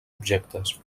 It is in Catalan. objectes